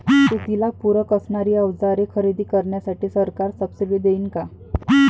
शेतीला पूरक असणारी अवजारे खरेदी करण्यासाठी सरकार सब्सिडी देईन का?